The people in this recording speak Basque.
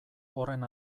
horren